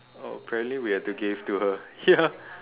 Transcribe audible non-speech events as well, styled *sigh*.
oh apparently we had to gave to her ya *laughs*